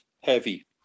heavy